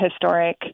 historic